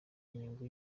inyungu